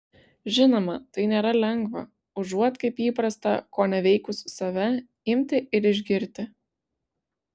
žinoma tai nėra lengva užuot kaip įprasta koneveikus save imti ir išgirti